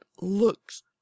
looks